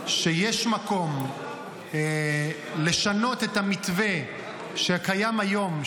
שיש מקום לשנות את המתווה שקיים היום,